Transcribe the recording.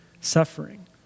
suffering